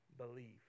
believe